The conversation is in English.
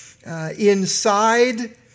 inside